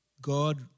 God